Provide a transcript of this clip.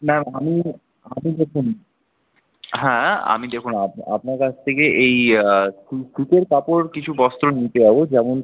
না আমি আমি দেখুন হ্যাঁ আমি দেখুন আপ আপনার কাছ থেকে এই শী শীতের কাপড় কিছু বস্ত্র নিতে যাবো যেমন